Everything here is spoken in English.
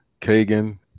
Kagan